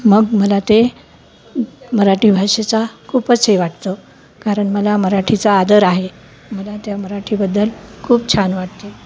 मग मला ते मराठी भाषेचा खूपच हे वाटतो कारण मला मराठीचा आदर आहे मला त्या मराठीबद्दल खूप छान वाटते